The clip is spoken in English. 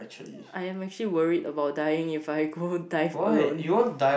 I am actually worried about dying if I go dive alone